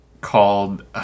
called